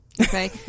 okay